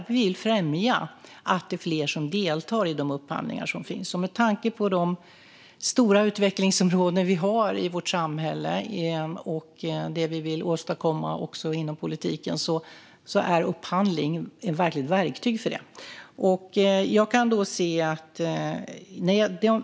Vi vill främja att fler deltar i de upphandlingar som finns. Med tanke på de stora utvecklingsområden vi har i vårt samhälle och det som vi vill åstadkomma i politiken är upphandling verkligen ett verktyg för detta.